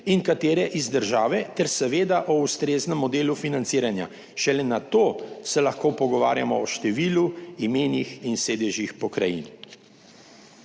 in katere iz države ter seveda o ustreznem modelu financiranja. Šele nato se lahko pogovarjamo o številu, imenih in sedežih pokrajin.